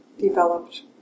developed